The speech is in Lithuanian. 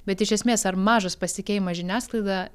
bet iš esmės ar mažas pasitikėjimas žiniasklaida